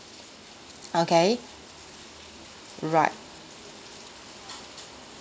okay right